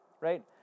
right